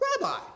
Rabbi